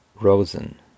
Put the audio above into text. Rosen